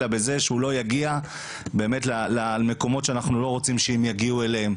אלא בזה שלא יגיע למקומות שאנחנו לא רוצים שהם יגיעו אליהם.